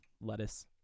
lettuce